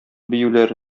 биюләр